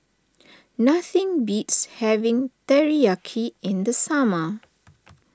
nothing beats having Teriyaki in the summer